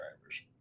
drivers